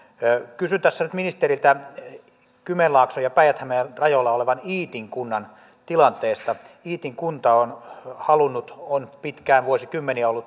hän kysyy tässä ministeriltä kymenlaakson ja päijät hämeen rajoilla olevan iitin kunnan tilanteesta iitin kyse on myös liikenneturvallisuudesta